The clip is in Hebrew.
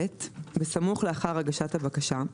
(ב)בסמוך לאחר הגשת הבקשה,